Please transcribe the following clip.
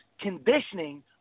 conditioning